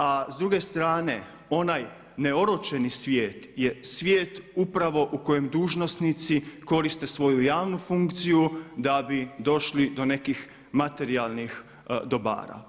A s druge strane onaj neoročeni svijet je svijet upravo u kojem dužnosnici koriste svoju javnu funkciju da bi došli do nekih materijalnih dobara.